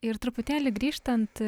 ir truputėlį grįžtant